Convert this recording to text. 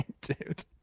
dude